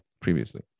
previously